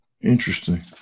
Interesting